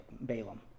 Balaam